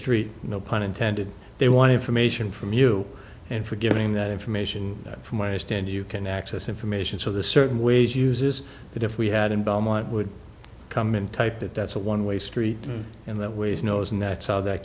street no pun intended they want information from you and for giving that information from a stand you can access information so the certain ways uses that if we had in belmont would come in type that that's a one way street in that ways knows and that's all that